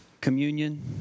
communion